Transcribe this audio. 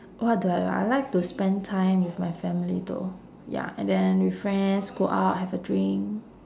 what do I like I like to spend time with my family though ya and then with friends go out have a drink